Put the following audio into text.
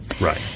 Right